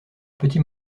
petit